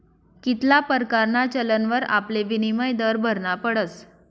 कित्ला परकारना चलनवर आपले विनिमय दर भरना पडस